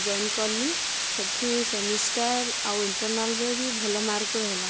join କଲି ସେଇଠି semester ଆଉ ଇଣ୍ଟର୍ନାଲ୍ରେ ବି ଭଲ ମାର୍କ୍ରେ ହେଲା